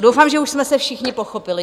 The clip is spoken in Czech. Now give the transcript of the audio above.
Doufám, že už jsme se všichni pochopili.